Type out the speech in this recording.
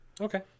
Okay